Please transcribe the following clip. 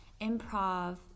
improv